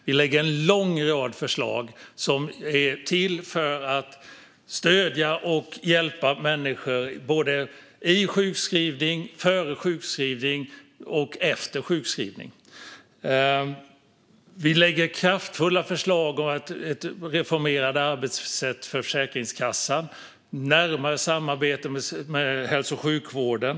Vi lägger fram en lång rad förslag som är till för att stödja och hjälpa människor i sjukskrivning, före sjukskrivning och efter sjukskrivning. Vi lägger fram kraftfulla förslag om reformerade arbetssätt för Försäkringskassan och om närmare samarbete med hälso och sjukvården.